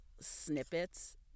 snippets